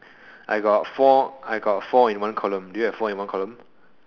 I got four I got four in one column do you have four in one column